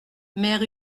mère